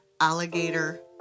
alligator